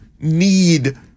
need